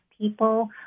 people